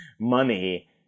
money